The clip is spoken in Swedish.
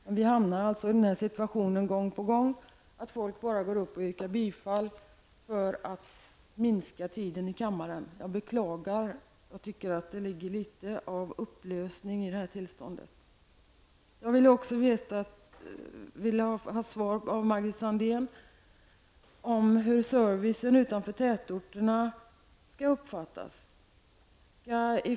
Men vi hamnar alltså i denna situation gång på gång att folk går upp i talarstolen och bara yrkar bifall för att minska taletiden i kammaren. Jag beklagar detta. Jag tycker att dettta är litet av ett upplösningstillstånd. Jag skulle också vilja ha svar av Margit Sandéhn på hur servicen utanför tätorterna skall uppfattas.